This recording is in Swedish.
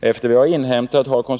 Efter vad jag har inhämtat har KO